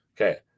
Okay